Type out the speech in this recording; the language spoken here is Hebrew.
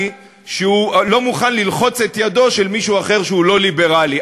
שהוא לא מוכן ללחוץ את ידו של מישהו אחר שהוא לא ליברלי.